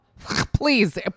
Please